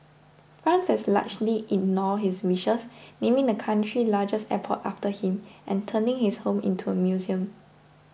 France has largely ignored his wishes naming the country's largest airport after him and turning his home into a museum